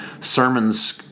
sermons